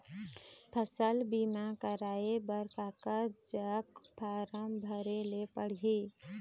फसल बीमा कराए बर काकर जग फारम भरेले पड़ही?